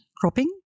cropping